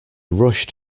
rushed